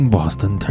Boston